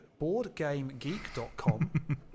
BoardGameGeek.com